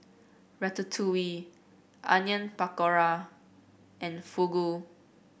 Ratatouille Onion Pakora and Fugu